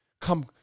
come